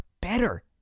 better